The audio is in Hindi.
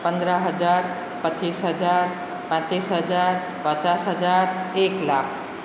पन्द्रह हज़ार पच्चिस हज़ार पैंतीस हज़ार पचास हज़ार एक लाख